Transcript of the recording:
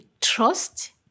trust